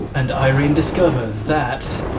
and irene discovers that.